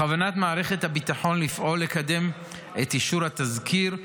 בכוונת מערכת הביטחון לפעול לקדם את אישור התזכיר,